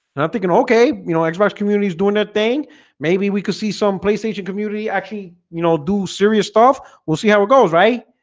and i'm thinking okay, you know like xbox community is doing that thing maybe we could see some playstation community actually, you know do serious stuff. we'll see how it goes, right?